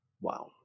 wow